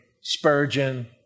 Spurgeon